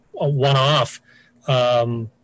one-off